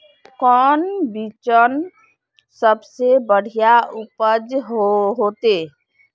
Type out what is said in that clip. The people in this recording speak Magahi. कौन बिचन सबसे बढ़िया उपज होते?